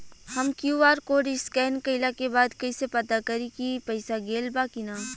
हम QR code scan कइला के बाद कइसे पता करि की पईसा गेल बा की न?